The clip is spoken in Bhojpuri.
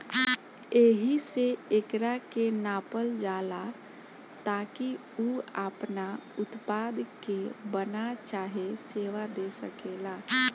एहिसे एकरा के नापल जाला ताकि उ आपना उत्पाद के बना चाहे सेवा दे सकेला